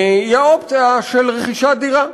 היא האופציה של רכישת דירה.